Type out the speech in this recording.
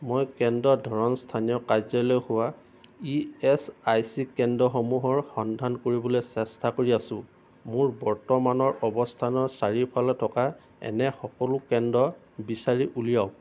মই কেন্দ্ৰৰ ধৰণ স্থানীয় কাৰ্যালয় হোৱা ই এচ আই চি কেন্দ্ৰসমূহৰ সন্ধান কৰিবলৈ চেষ্টা কৰি আছো মোৰ বৰ্তমানৰ অৱস্থানৰ চাৰিওফালে থকা এনে সকলো কেন্দ্ৰ বিচাৰি উলিয়াওক